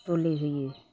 बोलि होयो